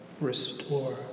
restore